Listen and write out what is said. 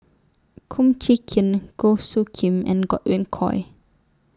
Kum Chee Kin Goh Soo Khim and Godwin Koay